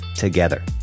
Together